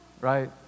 right